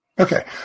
Okay